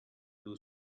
two